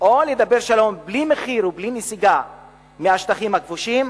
או לדבר שלום בלי מחיר ובלי נסיגה מהשטחים הכבושים,